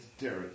Derek